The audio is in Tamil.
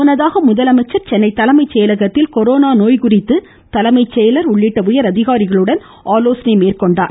முன்னதாக முதலமைச்சர் சென்னை தலைமை செயலகத்தில் கொரோனா நோய் குறித்து தலைமைசெயலர் உள்ளிட்ட உயர் அதிகாரிகளுடன் ஆலோசனை மேற்கொண்டார்